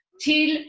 till